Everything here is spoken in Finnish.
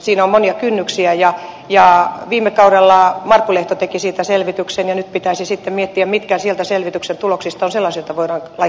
siinä on monia kynnyksiä ja viime kaudella markku lehto teki siitä selvityksen ja nyt pitäisi sitten miettiä mitkä selvityksen tuloksista ovat sellaisia joita voidaan laittaa käyntiin